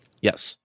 Yes